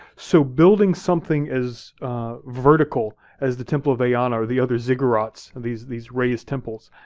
so building something as vertical as the temple of eanna or the other ziggurats, and these these raised temples,